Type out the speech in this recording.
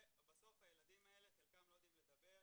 בסוף הילדים האלה חלקם לא יודעים לדבר,